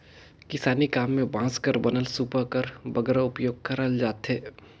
किसानी काम मे बांस कर बनल सूपा कर बगरा उपियोग करल जाथे